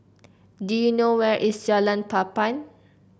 do you know where is Jalan Papan